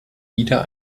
wieder